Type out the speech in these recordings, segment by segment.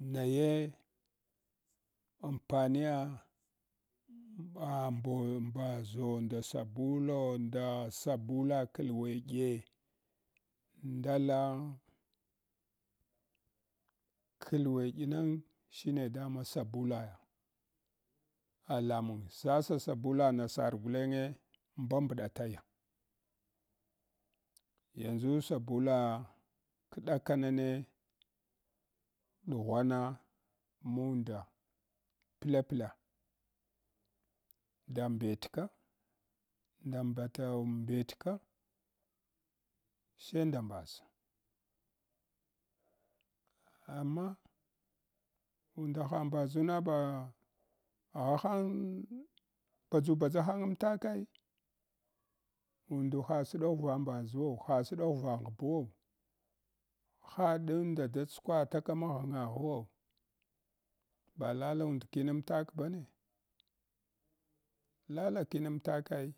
Naye amoaniya map ah mbo mbaʒo nda sabulo nda sabula kulweɗze ndala kalweɗq nang shine dama sabula ah lamang sasa sabula nasar gulenge mbambɗa taya yanʒu sabula kɗakanane dughwana munɗa pla-pla nda mbet ka nda mbala mbetka hye nda mbaʒ amma unda ha mbaʒuna bah aghahang badʒubadʒa hangmtakai unde ha sɗaghuva mbaʒuwo ha sɗaghuva ghbuwa ha ɗinda da tskwa taka maghangaghuvo ba lalund kinuntak ba ne lala kinamtakai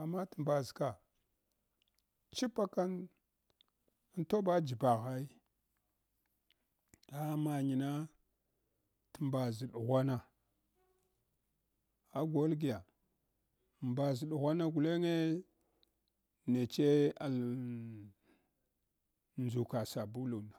amma t’ mbaʒta chupakang antuba jiba ghan ah mangna tmbaʒ ɗughwana agol guya mbaʒ ɗughwana gulenge neche sabuluna.